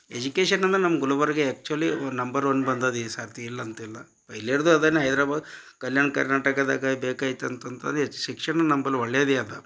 education ಅಂದರೆ ನಮ್ಮ Gulbarga actually number one ಬಂದದ್ದು ಈ ಸರ್ತಿ ಇಲ್ಲಂತಿಲ್ಲ ಹೈದ್ರಬಾದ್ ಕಲ್ಯಾಣ ಕರ್ನಾಟಕದಾಗ ಬೇಕಾಗಿತ್ತಂದರೆ ಶಿಕ್ಷಣ ನಂಬಲ್ಲಿ ಒಳ್ಳೆಯದೆ ಅದ